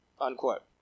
unquote